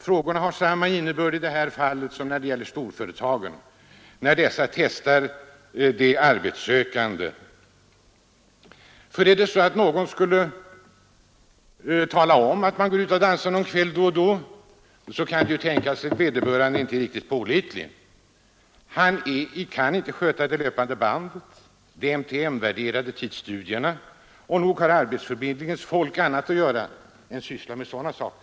Frågorna har samma innebörd i det här fallet som när storföretagen testar de arbetssökande. Skulle exempelvis någon tala om att han går ut och dansar någon kväll då och då kan det tänkas att vederbörande uppfattas som inte riktigt pålitlig, att han dagen efter inte kan sköta det löpande bandet, de MTM-värderade arbetsmomenten. Och nog har arbetsförmedlingens folk annat att göra än att syssla med sådana saker.